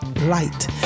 light